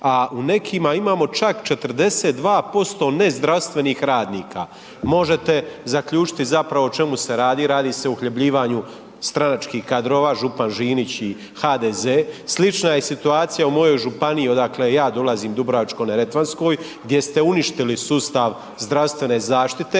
a u nekima imamo čak 42% nezdravstvenih radnika, možete zaključiti zapravo o čemu se radi, radi se o uhljebljivanju stranačkih kadrova, župan Žinić i HDZ, slična je i situacija u mojoj županiji, odakle ja dolazim, Dubrovačko-neretvanskoj gdje ste uništili sustav zdravstvene zaštite,